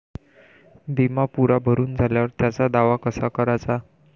बिमा पुरा भरून झाल्यावर त्याचा दावा कसा कराचा?